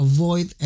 Avoid